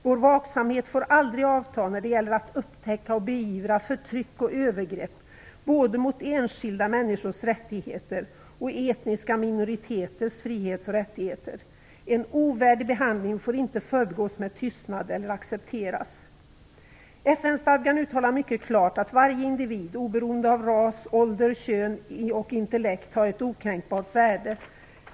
Vår vaksamhet får aldrig avta när det gäller att upptäcka och beivra förtryck och övergrepp mot både enskilda människors rättigheter och etniska minoriteters frihet och rättigheter. En ovärdig behandling får inte förbigås med tystnad eller accepteras. I FN-stadgan uttalas mycket klart att varje individ, oberoende av ras, ålder, kön och intellekt har ett okränkbart värde.